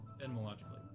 Etymologically